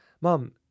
Mom